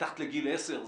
מתחת לגיל עשר,